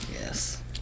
Yes